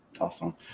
Awesome